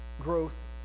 growth